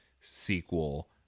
sequel